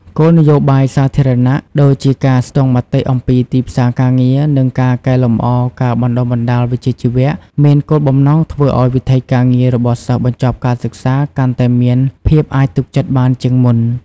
គោលលនយោបាយសាធារណៈ ដូចជាការស្ទង់មតិអំពីទីផ្សារការងារ និងការកែលម្អការបណ្តុះបណ្តាលវិជ្ជាជីវៈ មានគោលបំណងធ្វើឲ្យវិថីការងាររបស់សិស្សបញ្ចប់ការសិក្សាកាន់តែមានភាពអាចទុកចិត្តបានជាងមុន។